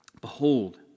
Behold